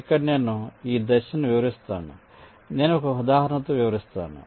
ఇక్కడ నేను ఈ దశను వివరిస్తాను నేను ఒక ఉదాహరణతో వివరిస్తాను